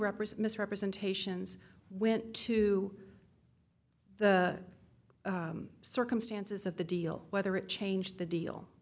represent misrepresentations went to the circumstances of the deal whether it changed the deal